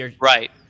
right